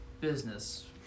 business